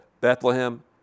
Bethlehem